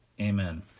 Amen